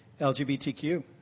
LGBTQ